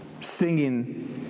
singing